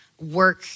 work